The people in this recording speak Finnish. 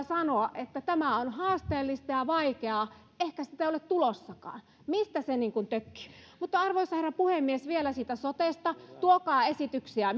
sanoa että tämä on haasteellista ja vaikeaa ehkä sitä ei ole tulossakaan mistä se niin kuin tökkii mutta arvoisa herra puhemies vielä siitä sotesta tuokaa esityksiä